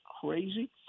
crazy